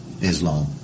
Islam